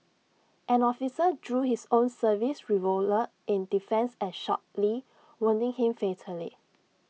an officer drew his own service revolver in defence and shot lee wounding him fatally